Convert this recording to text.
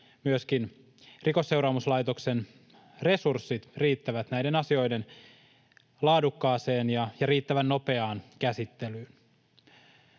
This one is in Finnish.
myöskin Rikosseuraamuslaitoksen resurssit riittävät näiden asioiden laadukkaaseen ja riittävän nopeaan käsittelyyn.